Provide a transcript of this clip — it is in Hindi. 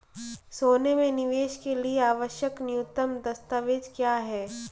सोने में निवेश के लिए आवश्यक न्यूनतम दस्तावेज़ क्या हैं?